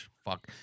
Fuck